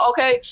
Okay